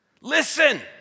Listen